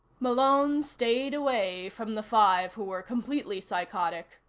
malone stayed away from the five who were completely psychotic.